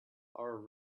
our